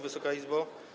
Wysoka Izbo!